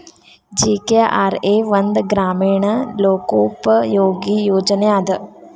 GKRA ಒಂದ ಗ್ರಾಮೇಣ ಲೋಕೋಪಯೋಗಿ ಯೋಜನೆ ಅದ